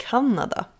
Kanada